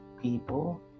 people